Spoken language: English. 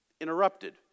interrupted